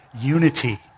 unity